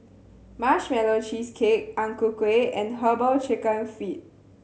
Marshmallow Cheesecake Ang Ku Kueh and Herbal Chicken Feet